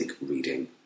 reading